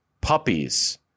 puppies